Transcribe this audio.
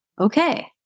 Okay